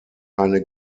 eine